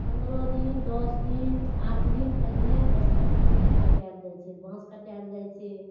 तऽ पन्द्रह दिन दस दिन आठ दिन पहिने बँसकट्टीके दिन तकाओल जाइ छै बाँस कटायल जाइ छै